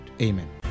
Amen